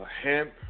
hemp